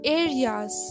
areas